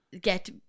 get